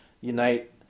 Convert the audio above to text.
unite